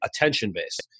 attention-based